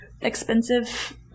expensive